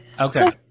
Okay